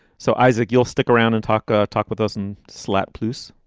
so, isaac, you'll stick around and talk. ah talk with us and slap plus.